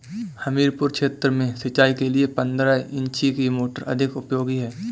हमीरपुर क्षेत्र में सिंचाई के लिए पंद्रह इंची की मोटर अधिक उपयोगी है?